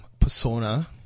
Persona